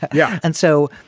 yeah. and so,